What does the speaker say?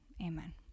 amen